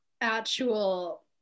actual